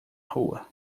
rua